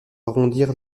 arrondir